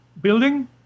building